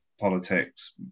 politics